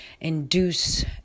induce